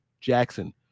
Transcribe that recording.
Jackson